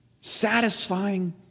satisfying